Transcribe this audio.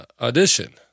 Audition